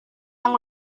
yang